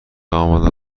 آماده